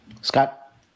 Scott